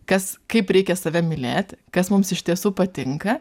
kas kaip reikia save mylėt kas mums iš tiesų patinka